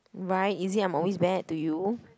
right is it I'm always bad to you